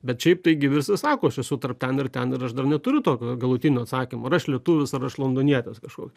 bet šiaip taigi visi sako aš esu tarp ten ir ten ir aš dar neturiu tokio galutinio atsakymo ar aš lietuvis ar aš londonietis kažkoks